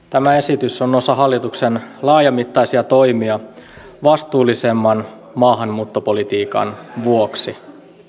tämä esitys on osa hallituksen laajamittaisia toimia vastuullisemman maahanmuuttopolitiikan vuoksi